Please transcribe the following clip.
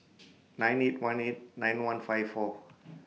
nine eight one eight nine one five four